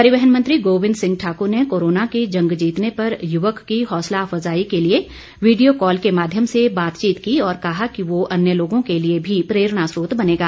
परिवहन मंत्री गोविंद सिंह ठाकुर ने कोरोना की जंग जीतने पर युवक की हौसला अफजाई के लिए वीडियो कॉल के माध्यम से बातचीत की और कहा कि वो अन्य लोगों के लिए भी प्रेरणा स्रोत बनेगा